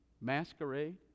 masquerade